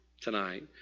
tonight